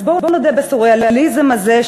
אז בואו נודה בסוריאליזם הזה,